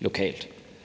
lokalt,